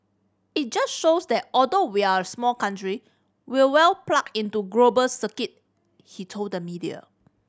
it just shows that although we're a small country we're well plugged into global circuit he told the media